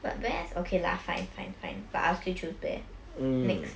but bears okay lah fine fine fine but I will still choose bear next